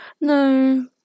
No